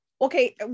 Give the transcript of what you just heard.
okay